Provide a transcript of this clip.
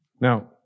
Now